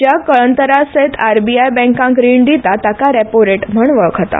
ज्या कळंतरासयत आरबीआय बँकांक रीन दिता ताका रॅपो रेट म्हण वळखता